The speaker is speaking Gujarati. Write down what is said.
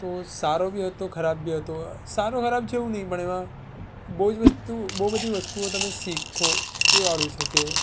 તો સારો બી હતો ખરાબ બી હતો સારો ખરાબ જેવું નહીં પણ બહુ જ વસ્તુ બહુ બધી વસ્તુઓ તમે શીખો એ વાળું છે તે